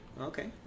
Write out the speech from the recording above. Okay